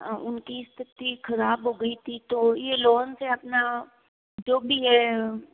उनकी स्थिति ख़राब हो गई थी तो ये लोन से अपना जो भी है